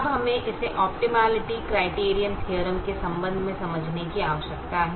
अब हमें इसे ऑप्टिमलिटी क्राइटीरीअन थीअरम के संबंध में समझने की आवश्यकता है